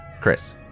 Chris